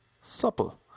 Supple